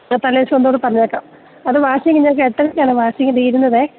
തലേദിവസം ഒന്നുകൂടെ പറഞ്ഞേക്കാം അത് ഫാസ്റ്റിംഗ് ഞങ്ങള്ക്ക് എട്ടരയ്ക്കാണേ ഫാസ്റ്റിംഗ് തീരുന്നതേ